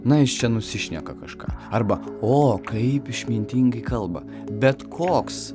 na jis čia nusišneka kažką arba o kaip išmintingai kalba bet koks